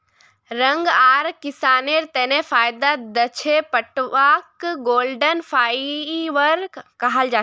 रंग आर किसानेर तने फायदा दखे पटवाक गोल्डन फाइवर कहाल जाछेक